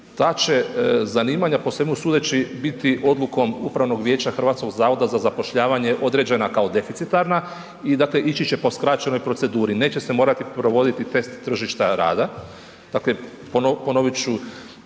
Ta će zanimanja po svemu sudeći biti Upravnog vijeća HZZ određena kao deficitarna i dakle ići će po skraćenoj proceduri, neće se morati provoditi test tržišta rada.